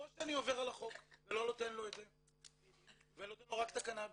או שאני עובר על החוק ולא נותן לו את זה ונותן לו רק את הקנאביס